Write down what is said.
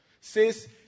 says